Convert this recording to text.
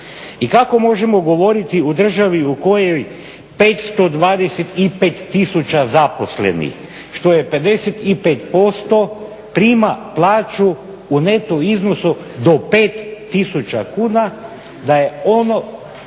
I kako možemo govoriti u državi u kojoj 525 tisuća zaposlenih što je 55% prima plaću u neto iznosu do 5 tisuća kuna da je ono,